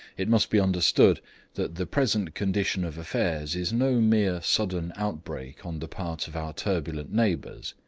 it must be understood that the present condition of affairs is no mere sudden outbreak on the part of our turbulent neighbours.